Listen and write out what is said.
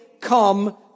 come